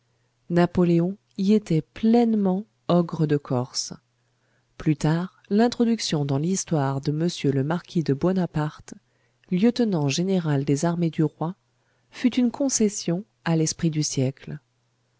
napoléon y était pleinement ogre de corse plus tard l'introduction dans l'histoire de m le marquis de buonaparte lieutenant général des armées du roi fut une concession à l'esprit du siècle